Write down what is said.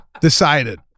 decided